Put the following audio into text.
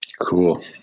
Cool